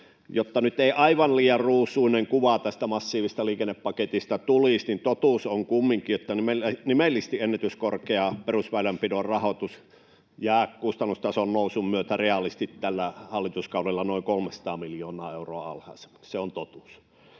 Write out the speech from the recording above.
Jotta nyt ei aivan liian ruusuinen kuva tästä massiivisesta liikennepaketista tulisi, niin totuus on kumminkin, että nimellisesti ennätyskorkea perusväylänpidon rahoitus jää kustannustason nousun myötä reaalisesti tällä hallituskaudella noin 300 miljoonaa euroa alhaisemmaksi. Se on totuus.